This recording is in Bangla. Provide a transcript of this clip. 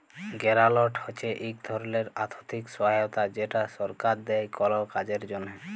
গেরালট হছে ইক ধরলের আথ্থিক সহায়তা যেট সরকার দেই কল কাজের জ্যনহে